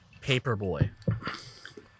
Paperboy